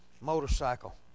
motorcycle